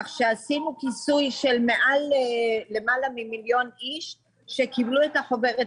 כך שעשינו כיסוי למעלה ממיליון איש שקבלו את החוברות